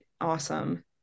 awesome